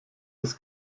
des